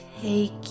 take